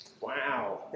Wow